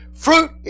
fruit